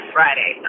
Friday